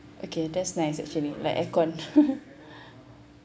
okay that's nice actually like aircon